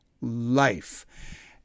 life